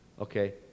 okay